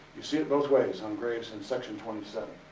you see it both ways um graves in section twenty seven.